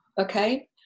okay